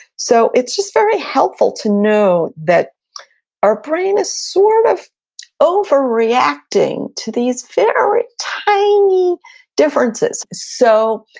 so it's just very helpful to know that our brain is sort of overreacting to these very tiny differences. so,